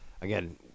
Again